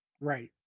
Right